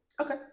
okay